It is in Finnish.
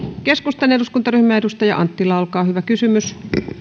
keskustan eduskuntaryhmä edustaja anttila olkaa hyvä